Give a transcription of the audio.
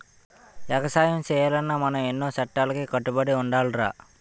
ఎగసాయం సెయ్యాలన్నా మనం ఎన్నో సట్టాలకి కట్టుబడి ఉండాలిరా